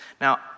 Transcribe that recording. Now